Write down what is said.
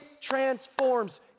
transforms